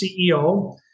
CEO